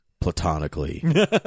platonically